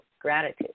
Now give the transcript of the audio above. gratitude